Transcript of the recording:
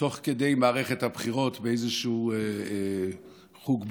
תוך כדי מערכת הבחירות, באיזשהו חוג בית,